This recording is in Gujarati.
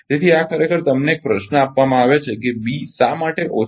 તેથી આ ખરેખર તમને એક પ્રશ્ન આપવામાં આવે છે કે બી શા માટે ઓછો હોઈ શકતો નથી